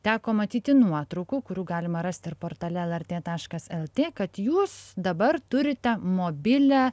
teko matyti nuotraukų kurių galima rasti ir portale lrt taškas lt kad jūs dabar turite mobilią